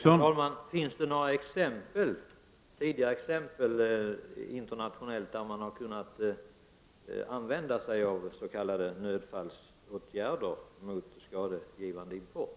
Herr talman! Finns det några tidigare internationella exempel, där man har kunnat använda sig av s.k. nödfallsåtgärder mot skadevållande import?